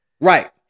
Right